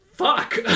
Fuck